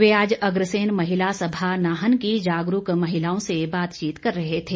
वे आज अग्रसेन महिला सभा नाहन की जागरूक महिलाओं से बातचीत कर रहे थे